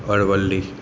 Aravalli